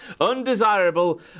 Undesirable